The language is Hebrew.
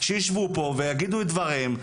שישבו פה ויגידו את דבריהם.